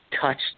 touched